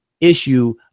issue